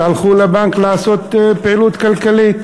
הלכו לבנק לעשות פעילות כלכלית.